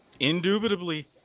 Indubitably